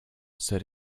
said